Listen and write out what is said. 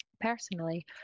Personally